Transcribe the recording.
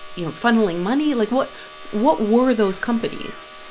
you know, funneling money? like, what what were those companies?